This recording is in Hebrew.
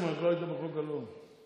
בחוק הלאום היא לא הייתה.